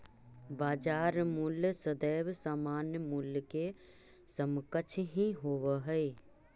बाजार मूल्य सदैव सामान्य मूल्य के समकक्ष ही होवऽ हइ